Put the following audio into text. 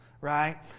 Right